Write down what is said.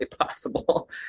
possible